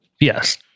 Yes